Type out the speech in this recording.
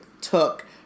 took